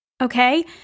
okay